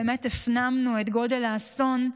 באמת הפנמנו את גודל האסון,